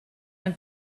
ein